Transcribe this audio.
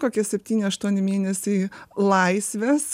kokie septyni aštuoni mėnesiai laisvės